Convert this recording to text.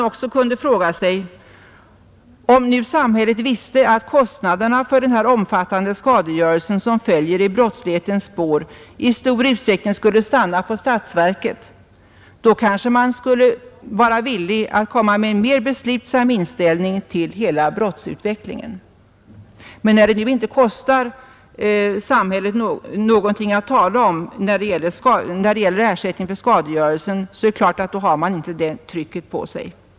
Om nu samhället visste att kostnaderna för den omfattande skadegörelse, som följer i brottslighetens spår, i stor utsträckning skulle stanna hos statsverket, skulle man kanske få en mera beslutsam inställning till hela brottsutvecklingen. Men då det inte kostar samhället någonting att tala om när det gäller ersättning för skadegörelser, är det klart att man inte har det trycket på sig.